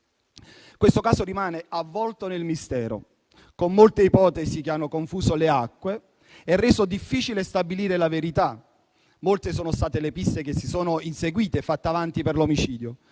Questo caso rimane avvolto nel mistero, con molte ipotesi che hanno confuso le acque e reso difficile stabilire la verità. Molte sono state le piste che si sono inseguite e portate avanti per l'omicidio,